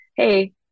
hey